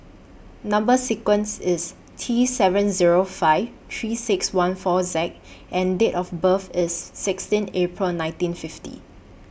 Number sequence IS T seven Zero five three six one four Z and Date of birth IS sixteen April nineteen fifty